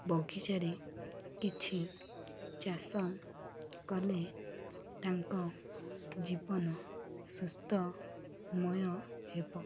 ବଗିଚାରେ କିଛି ଚାଷ କଲେ ତାଙ୍କ ଜୀବନ ସୁସ୍ଥମୟ ହେବ